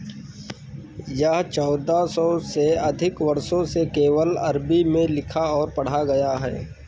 यह चौदह सौ से अधिक वर्षों से केवल अरबी में लिखा और पढ़ा गया है